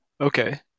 okay